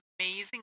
amazing